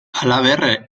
halaber